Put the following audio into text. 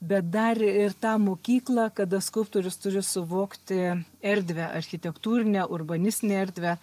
bet dar ir tą mokyklą kada skulptorius turi suvokti erdvę architektūrinę urbanistinę erdvę